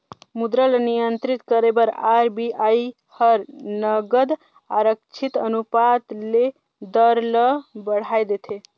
मुद्रा ल नियंत्रित करे बर आर.बी.आई हर नगद आरक्छित अनुपात ले दर ल बढ़ाए देथे